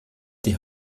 die